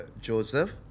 Joseph